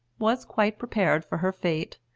was quite prepared for her fate.